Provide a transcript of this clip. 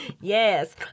Yes